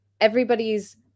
everybody's